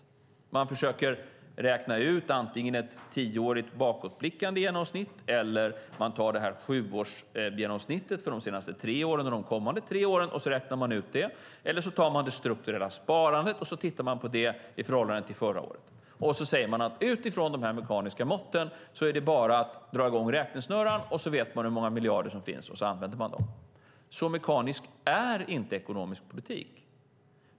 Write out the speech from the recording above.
Antingen försöker de räkna ut ett tioårigt bakåtblickande genomsnitt eller också räknar de ut sjuårsgenomsnittet för de senaste tre åren och de kommande tre åren eller också tar de det strukturella sparandet och tittar på det i förhållande till förra året. Sedan säger de att utifrån de här mekaniska måtten är bara att dra i gång räknesnurran. Då vet man hur många miljarder som finns, och så använder man dem. Så mekanisk är inte ekonomisk politik.